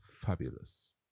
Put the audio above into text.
fabulous